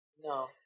no